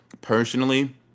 personally